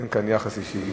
אין כאן יחס אישי.